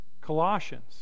Colossians